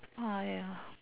ya